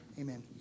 Amen